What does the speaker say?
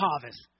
harvest